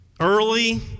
early